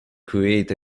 create